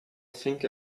think